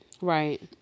Right